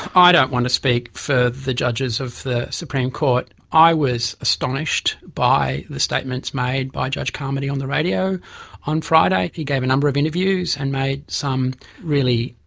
i don't want to speak for the judges of the supreme court. i was astonished by the statements made by judge carmody on the radio on friday. he gave a number of interviews and made some really,